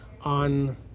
on